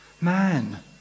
Man